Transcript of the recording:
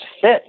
fit